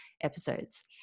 episodes